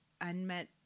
unmet